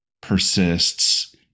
Persists